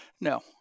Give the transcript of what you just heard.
No